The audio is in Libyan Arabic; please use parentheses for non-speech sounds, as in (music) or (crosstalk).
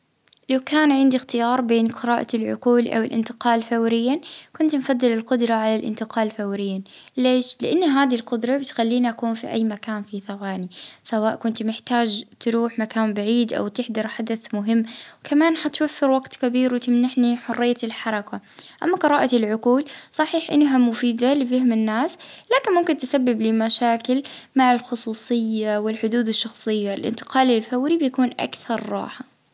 اه نختار الإنتقال الفوري، (hesitation) ونوفر وجت اه ونكون وين ما نبي بسرعة.